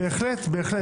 בהחלט, בהחלט.